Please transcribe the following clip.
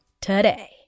today